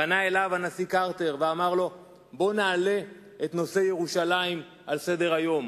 פנה אליו הנשיא קרטר ואמר לו: בוא נעלה את נושא ירושלים על סדר-היום.